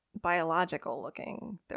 biological-looking